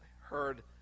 heard